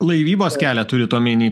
laivybos kelią turit omenyje